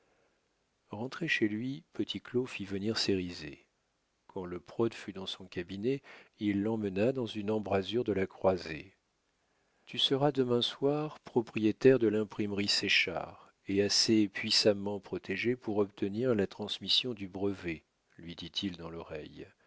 rentré chez lui petit claud fit venir cérizet quand le prote fut dans son cabinet il l'emmena dans une embrasure de la croisée tu seras demain soir propriétaire de l'imprimerie séchard et assez puissamment protégé pour obtenir la transmission du brevet lui dit-il dans l'oreille